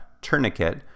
tourniquet